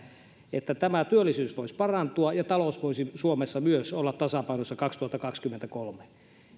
että tämä työllisyys voisi parantua ja talous voisi suomessa myös olla tasapainossa kaksituhattakaksikymmentäkolme